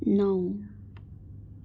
नौ